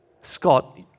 Scott